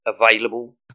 available